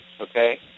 okay